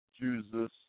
Jesus